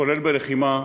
כולל בלחימה,